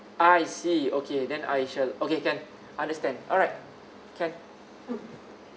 ah I see okay then I shall okay can understand alright can